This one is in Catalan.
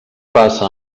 passa